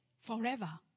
forever